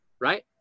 right